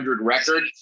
record